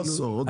לא עשור.